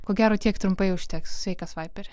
ko gero tiek trumpai užteks sveikas vaiperi